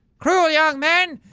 cruel young men,